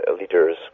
leaders